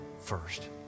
first